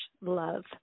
love